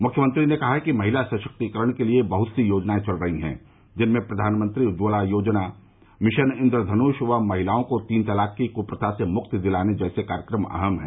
मुख्यमंत्री ने कहा कि महिला सशक्तिकरण के लिये बहुत सी योजनाएं चल रही है जिनमें प्रधानमंत्री उज्ज्वला योजना मिशन इन्द्र धनुष व महिलाओं को तीन तलाक की कृप्रथा से मुक्ति दिलाने जैसे कार्यक्रम अहम है